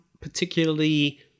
particularly